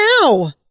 now